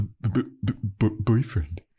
boyfriend